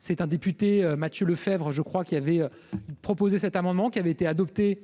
c'est un député Mathieu Lefèvre je crois qu'il avait proposé cet amendement qui avait été adopté